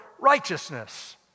righteousness